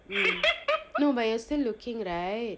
mm no but you're still looking right